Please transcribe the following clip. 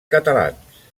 catalans